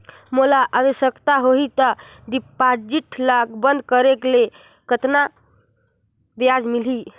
मोला आवश्यकता होही त डिपॉजिट ल बंद करे ले कतना ब्याज मिलही?